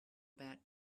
about